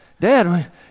Dad